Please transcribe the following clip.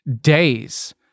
days